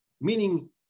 meaning